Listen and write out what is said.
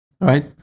right